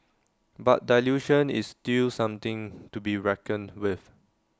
but dilution is still something to be reckoned with